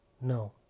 no